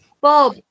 Bob